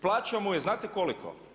Plaća mu je znate koliko?